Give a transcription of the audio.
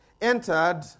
entered